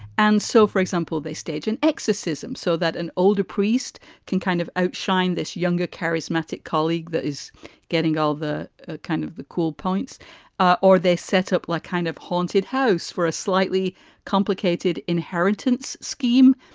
and so, for example, they stage an exorcism so that an older priest can kind of outshine this younger, charismatic colleague that is getting all the ah kind of cool points or they set up like kind of haunted house for a slightly complicated inheritance scheme.